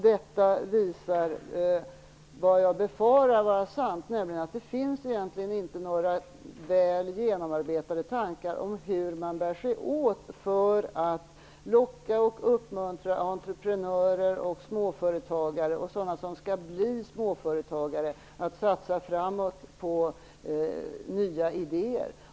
Detta besannar mina farhågor att det egentligen inte finns några väl genomarbetade tankar om hur man bär sig åt för att locka och uppmuntra entreprenörer och småföretagare och sådana som skall bli småföretagare att satsa framåt på nya idéer.